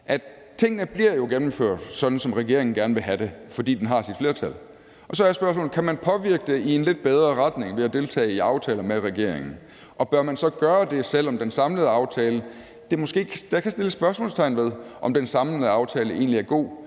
Tingene bliver jo gennemført, sådan som regeringen gerne vil have det, fordi den har sit flertal, og så er spørgsmålet, om man kan påvirke det i en lidt bedre retning ved at deltage i aftaler med regeringen, og bør man så gøre det, selv om der kan sættes spørgsmålstegn ved, om den samlede aftale egentlig er god?